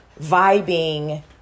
vibing